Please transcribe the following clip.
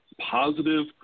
positive